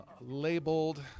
labeled